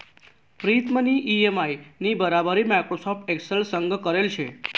प्रीतमनी इ.एम.आय नी बराबरी माइक्रोसॉफ्ट एक्सेल संग करेल शे